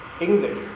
English